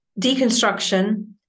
deconstruction